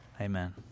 Amen